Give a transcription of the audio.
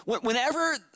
Whenever